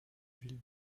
ville